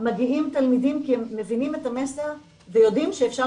מגיעים תלמידים כי הם מבינים את המסר ויודעים שאפשר